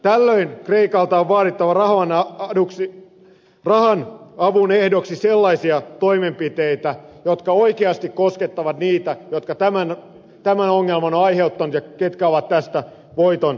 tällöin kreikalta on vaadittava raha avun ehdoksi sellaisia toimenpiteitä jotka oikeasti koskettavat niitä jotka tämän ongelman ovat aiheuttaneet ja jotka ovat tästä voiton itselleen keränneet